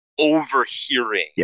overhearing